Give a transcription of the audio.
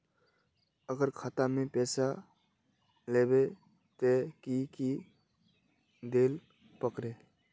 अगर खाता में पैसा लेबे ते की की देल पड़ते?